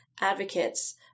advocates